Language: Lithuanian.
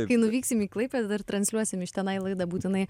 kai nuvyksim į klaipėdą ir transliuosim iš tenai laidą būtinai